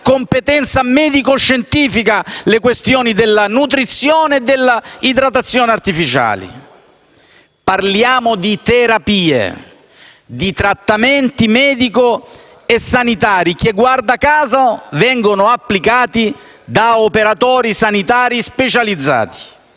competenza medico-scientifica le questioni della nutrizione e dell'idratazione artificiali. Parliamo di terapie, di trattamenti medico-sanitari che, guarda caso, vengono applicati da operatori sanitari specializzati.